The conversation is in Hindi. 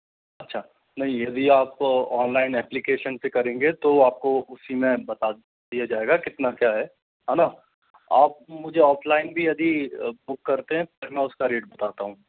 अच्छा नहीं यदि आप ऑनलाइन एप्लीकेशन पर करेंगे तो आपको उसी में बता दिया जाएगा कितना क्या है हाँ ना आप मुझे ऑफलाइन भी यदि बुक करते हैं तो मैं उसका रेट बताता हूँ